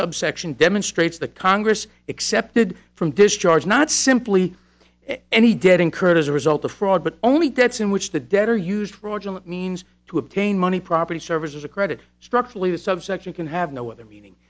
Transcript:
subsection demonstrates the congress accepted from discharge not simply and he did incurred as a result of fraud but only debts in which the debtor used fraudulent means to obtain money property services a credit structurally that subsection can have no other meaning